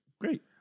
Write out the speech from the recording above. Great